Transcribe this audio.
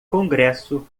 congresso